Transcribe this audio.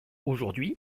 aujourd’hui